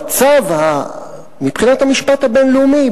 מבחינת המשפט הבין-לאומי,